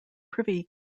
privy